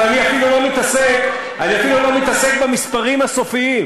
אבל אני אפילו לא מתעסק במספרים הסופיים.